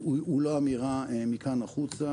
זה לא אמירה מכאן החוצה,